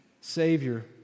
Savior